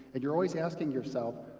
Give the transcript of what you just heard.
and you're always asking yourself,